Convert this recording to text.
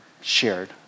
shared